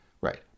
Right